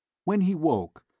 when he woke,